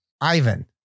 Ivan